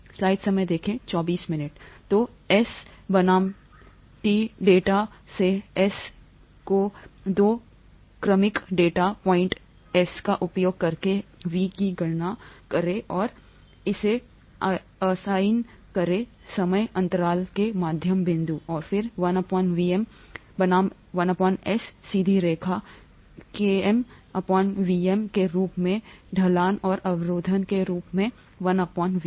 तो एस बनाम T data से एस के दो क्रमिक डेटा पॉइंट एस का उपयोग करके वी की गणना करें और इसे असाइन करें समय अंतराल के मध्य बिंदु और फिर 1 वी बनाम 1 एस सीधी रेखा किमी वीएम के रूप में ए ढलान और अवरोधक के रूप में 1 Vm